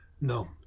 No